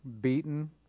beaten